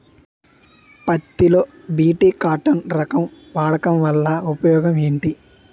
పత్తి లో BT cotton రకం వాడకం వల్ల ఉపయోగం ఏమిటి?